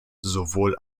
sowohl